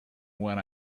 when